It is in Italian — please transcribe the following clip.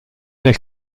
del